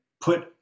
put